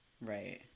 right